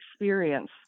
experience